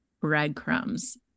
breadcrumbs